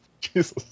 Jesus